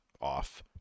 off